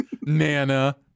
Nana